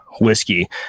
whiskey